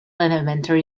elementary